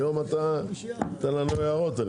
היום אתה נותן לנו הערות.